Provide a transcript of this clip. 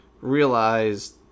realize